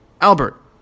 Albert